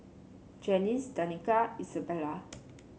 Janice Danica Isabela